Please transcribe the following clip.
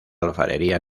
alfarería